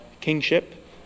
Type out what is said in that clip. kingship